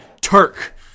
Turk